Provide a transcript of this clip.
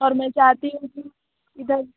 और मैं चाहती हूँ कि इधर